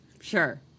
Sure